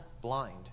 blind